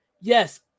Yes